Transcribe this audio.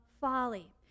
folly